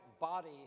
body